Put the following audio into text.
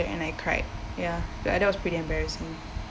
and I cried ya that was pretty embarrassing